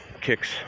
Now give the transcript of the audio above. kicks